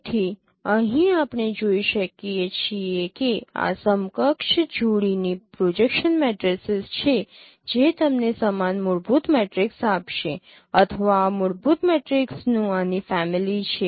તેથી અહીં આપણે જોઈ શકીએ છીએ કે આ સમકક્ષ જોડીની પ્રોજેક્શન મેટ્રિસીસ છે જે તમને સમાન મૂળભૂત મેટ્રિક્સ આપશે અથવા આ મૂળભૂત મેટ્રિક્સનું આની ફેમિલી છે